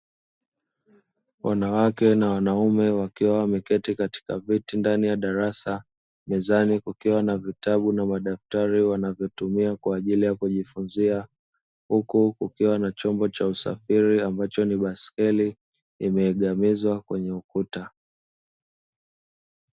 Wanawake na wanaume wakiwa wameketi katika viti ndani ya darasa, mezani kukiwa na vitabu na madaftari wanavyotumia kwa ajili ya kujifunzia, huku kukiwa na chombo cha usafiri ambacho ni baskeli kimeegemezwa kwenye ukuta.